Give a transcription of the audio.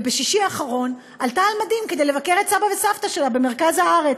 ובשישי האחרון עלתה על מדים כדי לבקר את סבא וסבתא שלה במרכז הארץ.